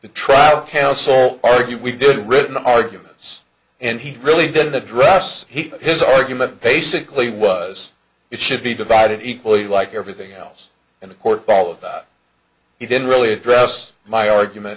the trial counsel argue we did the written arguments and he really didn't address his argument basically was it should be divided equally like everything else in the court all of that he didn't really address my argument